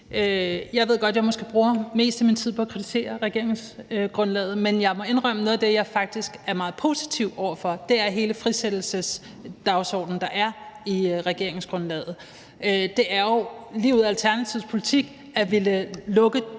Jeg ved godt, at jeg måske bruger det meste af min tid på at kritisere regeringsgrundlaget, men jeg må indrømme, at noget af det, som jeg faktisk er meget positiv over for, er hele den frisættelsesdagsorden, der er i regeringsgrundlaget. Det er jo fuldstændig Alternativets politik at ville lukke